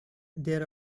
there